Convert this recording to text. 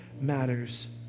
matters